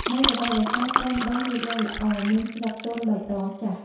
នៅរដូវវស្សា ត្រុំដុះលូតលាស់ល្អ មានស្លឹកទន់បៃតងចាស់។